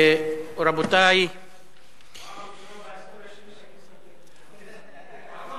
פעם ראשונה בהיסטוריה שלי שאני מסתפק בדברי השר.